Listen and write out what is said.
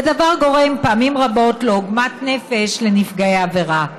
והדבר גורם פעמים רבות לעוגמת נפש לנפגעי העבירה.